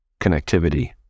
connectivity